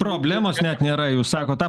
problemos net nėra jūs sakot tą